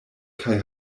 kaj